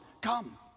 come